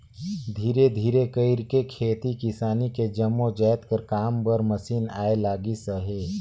धीरे धीरे कइरके खेती किसानी के जम्मो जाएत कर काम बर मसीन आए लगिस अहे